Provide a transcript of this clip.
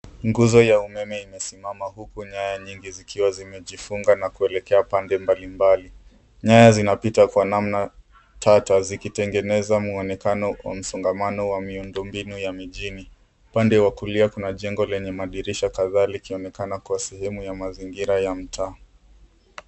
Nguzo ya umeme imesismama huku nyaya nyingi zikiwa zimejifunga na kuelekea pande mbalimbali. Nyaya zinapita kwa namna tata zikitengeneza mwonekano wa msongamano wa miundombinu ya mijini. Upande wa kulia kuna jengo lenye madirisha kadhaa likionekana kuwa sehemu ya mazingira ya mtaa.